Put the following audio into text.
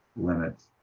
limits,